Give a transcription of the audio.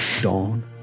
dawn